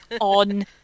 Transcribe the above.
on